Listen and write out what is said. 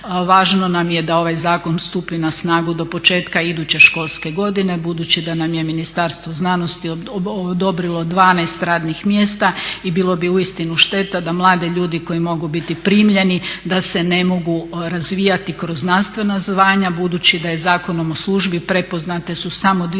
važno nam je da ovaj zakon stupi na snagu do početka iduće školske godine budući da nam je Ministarstvo znanosti odobrilo 12 radnih mjesta i bilo bi uistinu šteta da mladi ljudi koji mogu biti primljeni da se ne mogu razvijati kroz znanstvena zvanja, budući da Zakonom o službi prepoznate su samo dvije